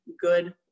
good